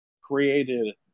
created